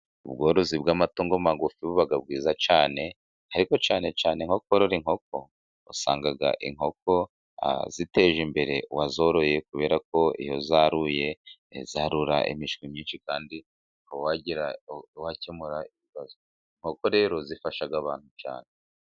Ubworozi bw'amatungo magufi buba bwiza cyane, ariko cyane cyane nkokorora inkoko, usanga inkoko ziteje imbere uwazoroye kubera ko iyo zaruye zarura imishwi myinshi kandi ukaba wakemura ibibazo, inkoko rero zifasha abantu cyane.